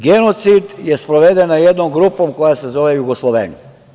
Genocid je sproveden nad jednom grupom koja se zove „Jugosloveni“